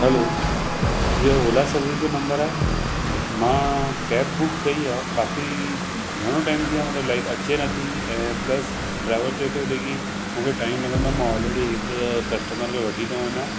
हलो इहो Ola service जो number आहे मां कैब बुक कई आहे काफ़ी घणो टाइम थी वियो आहे मतिलबु लाइक अचे नथी ऐं प्लस ड्राइवर चए थो हुते की मूंखे टाइम लॻंदो अ मां ऑलरेडी हिकु कस्टमर खे वठी थो वञा